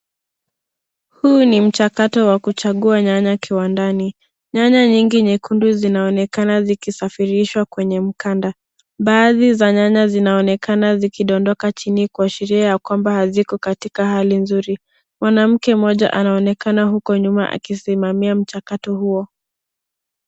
Huu ni mchakato wa kuchagua nyanya kiwandani. Nyanya nyingi nyekundu zinaonekana zikisafirishwa kwenye mkanda. Baadhi za nyanya zinaonekana zikidondoka chini kuashiria ya kwamba haziko katika hali nzuri. Mwanamke mmoja anaonekana huko nyuma akisimamia mchakato huo.